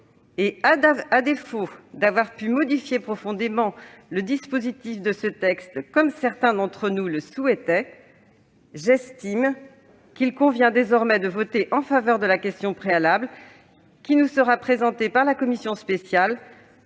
au. À défaut d'avoir pu modifier profondément le dispositif de ce texte comme certains d'entre nous le souhaitaient, il convient désormais, me semble-t-il, de voter en faveur de la question préalable qui nous sera présentée par la commission spéciale